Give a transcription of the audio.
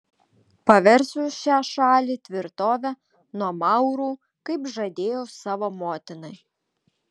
paversiu šią šalį tvirtove nuo maurų kaip žadėjau savo motinai